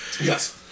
yes